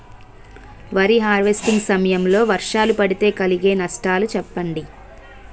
వరి హార్వెస్టింగ్ సమయం లో వర్షాలు పడితే కలిగే నష్టాలు చెప్పండి?